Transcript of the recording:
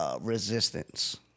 Resistance